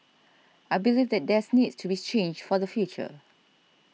I believe that there is needs to be change for the future